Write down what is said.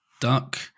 duck